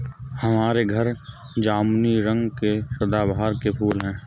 हमारे घर जामुनी रंग के सदाबहार के फूल हैं